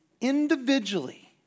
individually